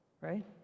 Right